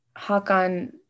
Hakan